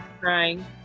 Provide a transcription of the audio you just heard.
crying